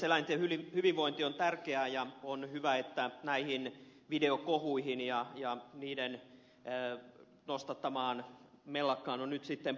eläinten hyvinvointi on tärkeää ja on hyvä että näihin videokohuihin ja niiden nostattamaan mellakkaan on nyt sitten puututtu